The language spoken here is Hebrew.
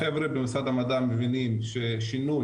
החבר'ה במשרד המדע מבינים ששינוי,